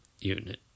unit